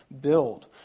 build